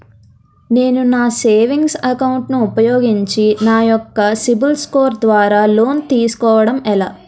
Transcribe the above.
నేను నా savings account ను ఉపయోగించి నా యెక్క సిబిల్ స్కోర్ ద్వారా లోన్తీ సుకోవడం ఎలా?